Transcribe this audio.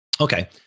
Okay